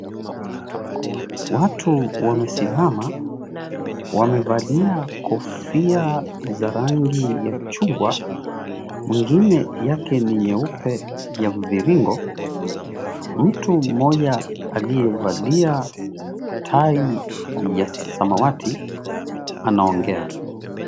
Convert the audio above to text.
Watu wamesimama, wamevalia kofia za rangi ya chungwa, mwingine yake ni nyeupe ya mviringo. Mtu mmoja aliyevalia tai ya samawati anaongea.